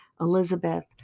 Elizabeth